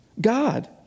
God